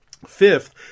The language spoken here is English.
Fifth